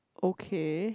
okay